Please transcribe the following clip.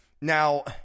Now